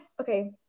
okay